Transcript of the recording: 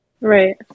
Right